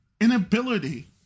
inability